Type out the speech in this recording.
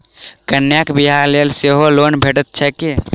कन्याक बियाह लेल सेहो लोन भेटैत छैक की?